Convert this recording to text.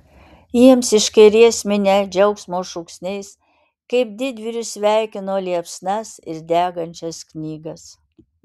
jiems iš kairės minia džiaugsmo šūksniais kaip didvyrius sveikino liepsnas ir degančias knygas